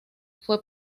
fue